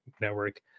Network